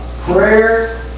prayer